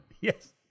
Yes